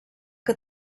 que